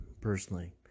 personally